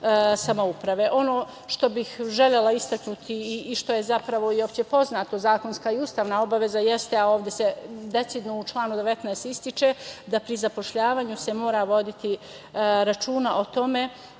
samouprave. Ono što bih želela istaknuti i što je zapravo uopšte poznato, zakonska i ustavna obaveza jeste, a ovde se decidno u članu 19. ističe da pri zapošljavanju mora se voditi računa o tome